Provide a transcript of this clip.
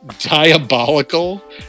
diabolical